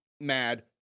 mad